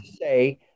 say